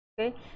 Okay